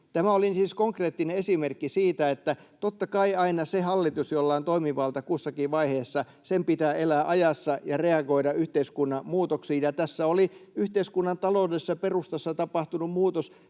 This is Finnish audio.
Tämä oli siis konkreettinen esimerkki siitä, että totta kai aina sen hallituksen, jolla on toimivalta kussakin vaiheessa, pitää elää ajassa ja reagoida yhteiskunnan muutoksiin. Tässä oli yhteiskunnan taloudellisessa perustassa tapahtunut muutos,